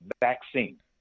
vaccine